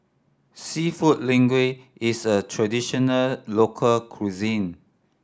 Seafood Linguine is a traditional local cuisine